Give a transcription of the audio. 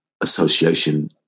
association